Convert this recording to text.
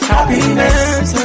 Happiness